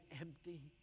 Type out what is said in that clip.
empty